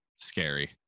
scary